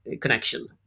connection